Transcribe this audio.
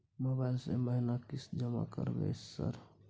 Mobile से महीना किस्त जमा करबै सर?